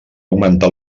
augmentar